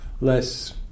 less